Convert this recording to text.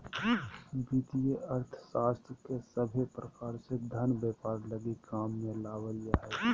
वित्तीय अर्थशास्त्र के सभे प्रकार से धन व्यापार लगी काम मे लावल जा हय